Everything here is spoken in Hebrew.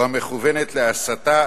או המכוונת להסתה,